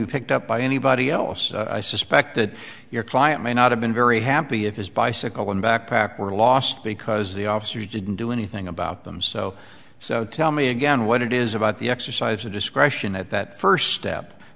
you picked up by anybody else i suspect that your client may not have been very happy if his bicycle and backpack were lost because the officers didn't do anything about them so so tell me again what it is about the exercise of discretion at that first